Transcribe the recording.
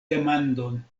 demandon